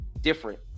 Different